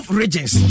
regions